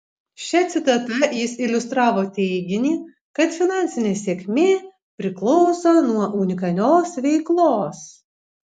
šia citata jis iliustravo teiginį kad finansinė sėkmė priklauso nuo unikalios veiklos